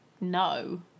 no